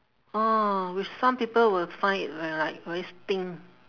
orh which some people will find it like like very stink